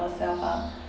ourself ah